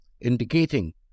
indicating